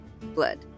blood